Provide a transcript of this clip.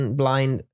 blind